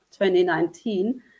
2019